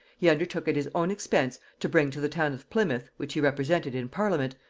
he undertook at his own expense to bring to the town of plymouth, which he represented in parliament,